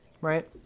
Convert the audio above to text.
right